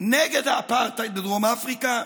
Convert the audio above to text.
נגד האפרטהייד בדרום אפריקה,